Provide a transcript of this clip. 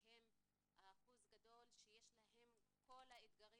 שהם האחוז הגדול ויש להם כל האתגרים